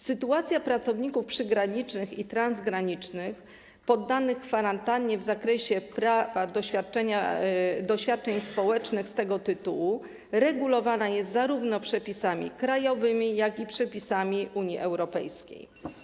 Sytuacja pracowników przygranicznych i transgranicznych poddanych kwarantannie w zakresie prawa do świadczeń społecznych z tego tytułu regulowana jest zarówno przepisami krajowymi, jak i przepisami Unii Europejskiej.